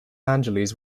angeles